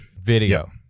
video